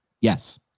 yes